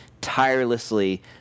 tirelessly